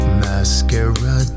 mascara